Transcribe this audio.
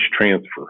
transfer